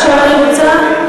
אני רוצה,